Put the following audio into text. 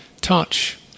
Touch